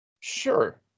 sure